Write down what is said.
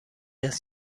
است